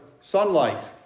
sunlight